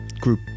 group